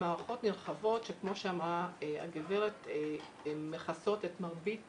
הן מערכות נרחבות שכמו שאמרה הגברת מכסות את מרבית